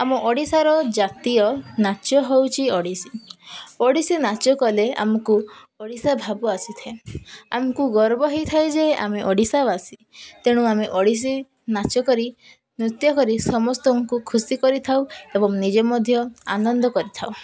ଆମ ଓଡ଼ିଶାର ଜାତୀୟ ନାଚ ହଉଛି ଓଡ଼ିଶୀ ଓଡ଼ିଶୀ ନାଚ କଲେ ଆମକୁ ଓଡ଼ିଶା ଭାବ ଆସିଥାଏ ଆମକୁ ଗର୍ବ ହେଇଥାଏ ଯେ ଆମେ ଓଡ଼ିଶାବାସୀ ତେଣୁ ଆମେ ଓଡ଼ିଶୀ ନାଚ କରି ନୃତ୍ୟ କରି ସମସ୍ତଙ୍କୁ ଖୁସି କରିଥାଉ ଏବଂ ନିଜେ ମଧ୍ୟ ଆନନ୍ଦ କରିଥାଉ